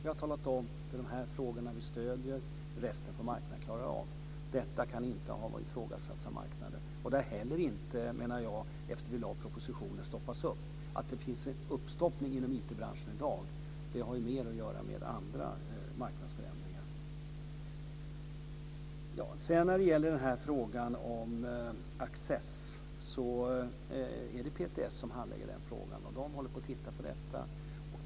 Vi har talat om vilka frågor vi stöder. Resten får marknaden klara av. Det kan inte ha ifrågasatts av marknaden. Arbetet har heller inte stoppats upp efter det att vi lade fram propositionen. Att det har stoppats upp inom IT branschen i dag har mer att göra med andra marknadsförändringar. Det är Post och telestyrelsen som handlägger frågan om accessnät. Den ser över frågan nu.